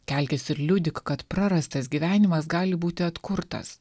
kelkis ir liudyk kad prarastas gyvenimas gali būti atkurtas